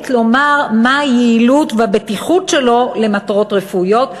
לומר מה היעילות והבטיחות שלו למטרות רפואיות,